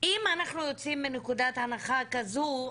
אם אנחנו יוצאים מנקודת הנחה כזו,